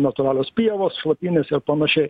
natūralios pievos šlapynės ir panašiai